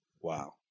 Wow